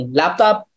laptop